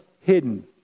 hidden